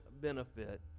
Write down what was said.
benefit